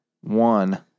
one